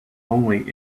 only